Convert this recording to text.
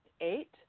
eight